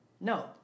No